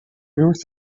north